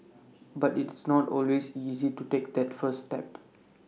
but it's not always easy to take that first step